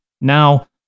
Now